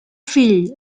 fill